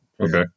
Okay